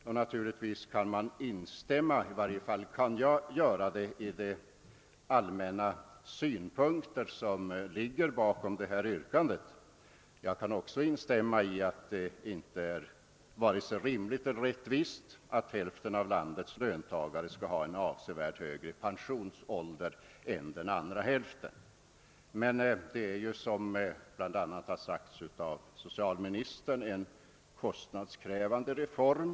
Jag för min del kan instämma i de allmänna synpunkter som ligger bakom detta yrkande, liksom jag kan instämma i att det inte är rimligt och rättvist att hälften av landets löntagare skall ha en avsevärt högre pensionsålder än den andra hälften. Men det är, som bl.a. socialministern sagt, en kostnadskrävande reform.